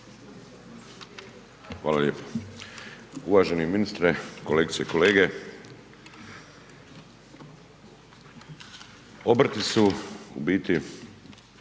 Hvala lijepo. Uvaženi ministre, kolegice i kolege obrti su u biti